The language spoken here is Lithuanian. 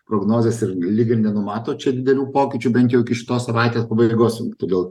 prognozės ir lyg ir nenumato čia didelių pokyčių bent jau iki šitos savaitės pabaigos todėl